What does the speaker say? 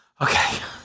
okay